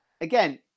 again